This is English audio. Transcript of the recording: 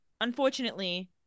Unfortunately